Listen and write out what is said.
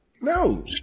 No